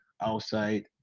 outside